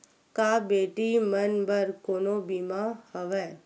का बेटी मन बर कोनो बीमा हवय?